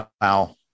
Wow